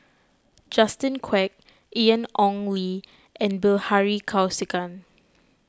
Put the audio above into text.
Justin Quek Ian Ong Li and Bilahari Kausikan